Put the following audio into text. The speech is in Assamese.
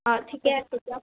অঁ ঠিকে আছে দিয়ক